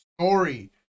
story